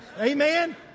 Amen